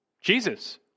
Jesus